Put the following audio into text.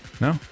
No